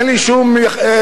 אין לי שום ניסיון,